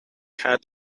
had